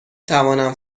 توانم